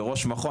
כראש מחוז,